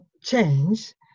change